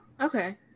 Okay